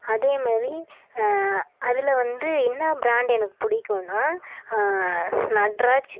அதேமாதிரி அதில் வந்து என்ன பிராண்ட் எனக்கு பிடிக்குன்னா நட்ராஜ்